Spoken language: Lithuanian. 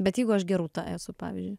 bet jeigu aš gerūta esu pavyzdžiui